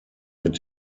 mit